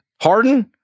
Harden